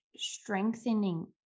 strengthening